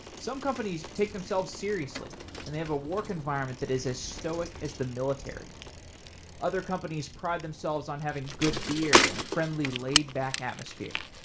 some companies take themselves seriously and they have a work environment that is as stoic as the military other companies pride themselves on having good beer and a friendly laid-back atmosphere.